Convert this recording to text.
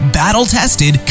battle-tested